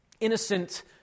innocent